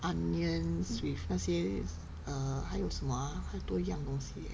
onions with 那些 err 还有什么 ah 还有多一样东西 eh